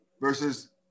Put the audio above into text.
versus